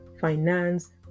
finance